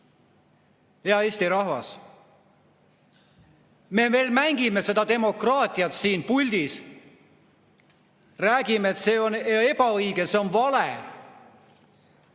Hea Eesti rahvas! Me veel mängime seda demokraatiat siin puldis. Räägime, et see on ebaõige, see on vale.